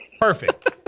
Perfect